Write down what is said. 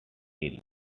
ill